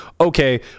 okay